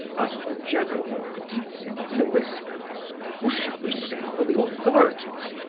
asked the general of ptitsin, in a whisper or shall we send for the authorities?